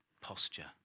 Posture